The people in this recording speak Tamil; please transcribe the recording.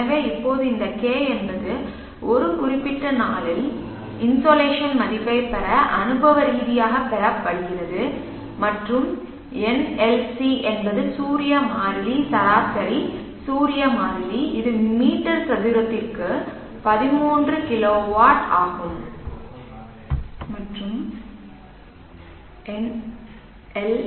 எனவே இப்போது இந்த K என்பது ஒரு குறிப்பிட்ட நாளில் இன்சோலேஷன் மதிப்பைப் பெற அனுபவ ரீதியாகப் பெறப்படுகிறது மற்றும் எல்